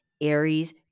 Aries